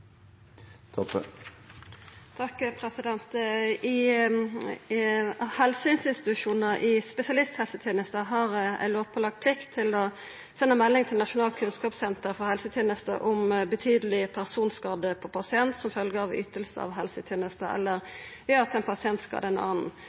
i spesialisthelsetenesta har ei lovpålagd plikt til å senda melding til Nasjonalt kunnskapssenter for helsetjenester om betydeleg personskade på pasient som følgje av yting av helsetenester eller